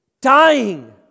dying